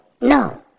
no